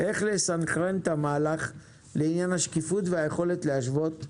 איך לסנכרן את המהלך לעניין השקיפות והיכולת להשוות משכנתאות.